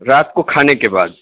رات کو کھانے کے بعد